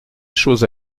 choses